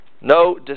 No